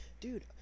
Dude